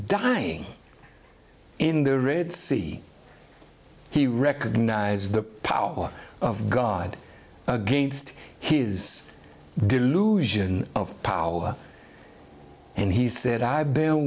dying in the red sea he recognized the power of god against his delusion of power and he said i